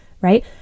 right